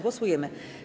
Głosujemy.